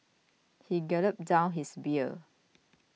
he gulped down his beer